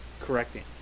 Correcting